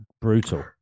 Brutal